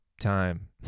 Time